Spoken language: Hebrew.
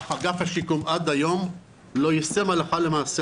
אך אגף השיקום עד היום לא יישם הלכה למעשה